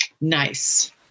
nice